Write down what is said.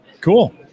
Cool